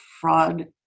fraud